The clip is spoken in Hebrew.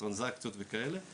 טרנזקציות וכאלה,